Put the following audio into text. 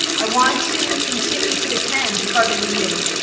i want to continue to attend department meetings,